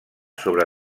sobre